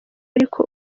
ariko